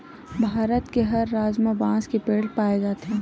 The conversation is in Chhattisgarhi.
भारत के हर राज म बांस के पेड़ पाए जाथे